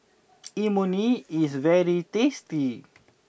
Imoni is very tasty